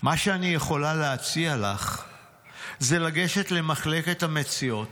"מה שאני יכולה להציע לך זה לגשת למחלקת המציאות,